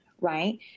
right